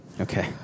Okay